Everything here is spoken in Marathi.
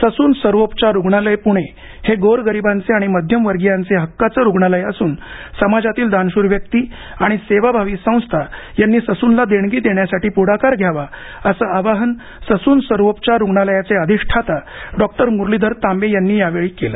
ससून सर्वोपचार रुग्णालय पुणे हे गोरगरिबांचे आणि मध्यमवर्गीयांचे हक्काचे रुग्णालय असुन समाजातील दानशुर व्यक्ती आणि सेवाभावी संस्था यांनी ससूनला देणगी देण्यासाठी पुढाकार घ्यावा असं आवाहन ससून सर्वोपचार रुग्णालययाचे अधिष्ठाता डॉक्टर मुरलीधर तांबे यांनी यावेळी केलं